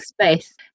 space